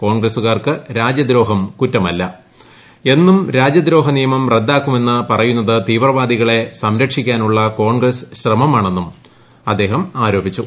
കോൺഗ്രസുകാർക്ക് രാജ്യദ്രോഹം കുറ്റമല്ല എന്നും രാജ്യദ്രോഹ നിയമം റദ്ദാക്കുമെന്ന് പറയുന്നത് തീവ്രവാദികളെ സംരക്ഷിക്കാനുള്ള കോൺഗ്രസ് ശ്രമമാണെന്നും അദ്ദേഹം ആരോപിച്ചു